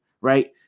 right